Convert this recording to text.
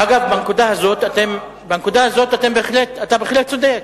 אגב, בנקודה הזאת אתה בהחלט צודק.